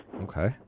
Okay